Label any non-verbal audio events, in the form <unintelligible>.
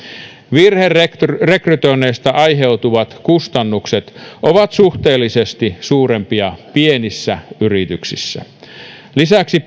virherekrytoinneista aiheutuvat kustannukset ovat suhteellisesti suurempia pienissä yrityksissä lisäksi <unintelligible>